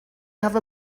have